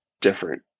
different